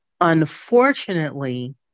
unfortunately